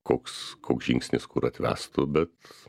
koks koks žingsnis kur atvestų bet